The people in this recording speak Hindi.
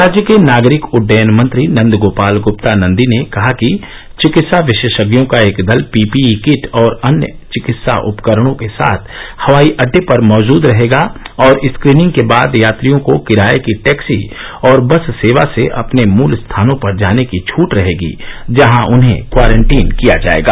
राज्य के नागरिक उड्डयन मंत्री नंद गोपाल गप्ता नंदी ने कहा कि चिकित्सा विशेषज्ञों का एक दल पीपीई किट और अन्य चिकित्सा उपकरणों के साथ हवाई अड्डे पर मौजूद रहेगा और स्क्रीनिंग के बाद यात्रियों को किराए की टैक्सी और बस सेवा से अपने मूल स्थानों पर जाने की छूट होगी जहां उन्हें क्वारंटीन किया जाएगा